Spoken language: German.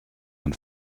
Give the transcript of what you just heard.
man